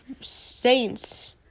Saints